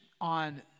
on